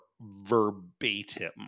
verbatim